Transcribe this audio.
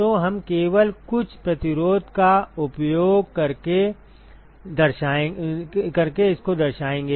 तो हम केवल कुछ प्रतिरोध का उपयोग करके इसको दर्शायेंगे